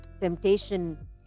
temptation